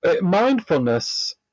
Mindfulness